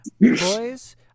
Boys